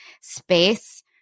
space